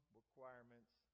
requirements